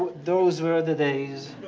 but those were the days.